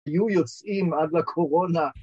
‫יהיו יוצאים עד לקורונה.